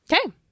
Okay